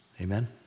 Amen